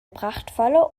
prachtvolle